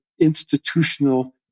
institutional